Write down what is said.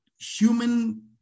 human